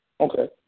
Okay